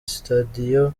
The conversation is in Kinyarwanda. studio